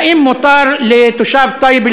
האם מותר לתושב טייבה,